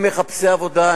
הם מחפשי עבודה,